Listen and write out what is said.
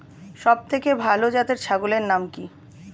সবথেকে ভালো জাতের ছাগলের নাম কি?